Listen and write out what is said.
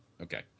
okay